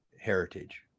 heritage